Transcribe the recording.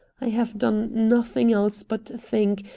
i have done nothing else but think,